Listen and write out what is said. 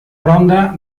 ronda